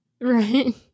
Right